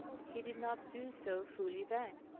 he did not do so fully then.